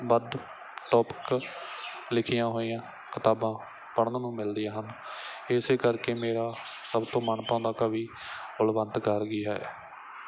ਵੱਧ ਟੋਪਿਕ ਲਿਖੀਆਂ ਹੋਈਆਂ ਕਿਤਾਬਾਂ ਪੜ੍ਹਨ ਨੂੰ ਮਿਲਦੀਆਂ ਹਨ ਇਸ ਕਰਕੇ ਮੇਰਾ ਸਭ ਤੋਂ ਮਨਭਾਉਂਦਾ ਕਵੀ ਬਲਵੰਤ ਗਾਰਗੀ ਹੈ